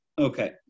Okay